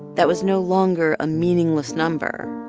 that was no longer a meaningless number.